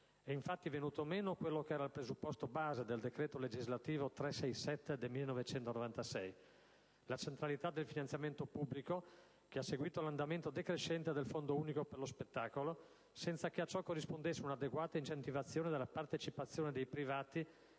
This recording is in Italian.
È infatti venuto meno il presupposto base del decreto legislativo n. 367 del 1996, la centralità del finanziamento pubblico, che ha seguito l'andamento decrescente del Fondo unico per lo spettacolo, senza che a ciò corrispondesse un'adeguata incentivazione della partecipazione dei privati